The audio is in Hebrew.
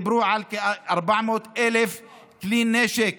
דיברו על כ-400,000 כלי נשק